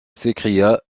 s’écria